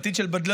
עתיד של בדלנות.